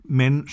men